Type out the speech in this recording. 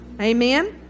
Amen